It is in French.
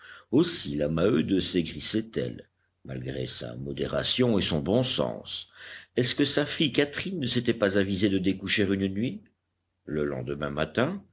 aussi la maheude saigrissait elle malgré sa modération et son bon sens est-ce que sa fille catherine ne s'était pas avisée de découcher une nuit le lendemain matin